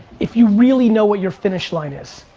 if you really know what your finish line is.